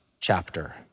chapter